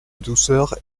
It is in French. douceur